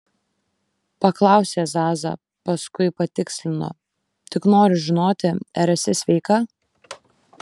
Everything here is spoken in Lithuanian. paklausė zaza paskui patikslino tik noriu žinoti ar esi sveika